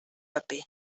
paper